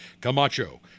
Camacho